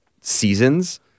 seasons